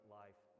life